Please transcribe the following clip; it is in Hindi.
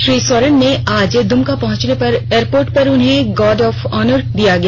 श्री सोरेन के आज दुमका पहुंचने पर एयरपोर्ट पर उन्हें गार्ड ऑफ ऑनर दिया गया